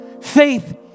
faith